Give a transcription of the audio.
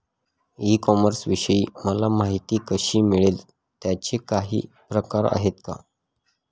E कॉमर्सविषयी मला माहिती कशी मिळेल? त्याचे काही प्रकार आहेत का?